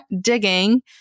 digging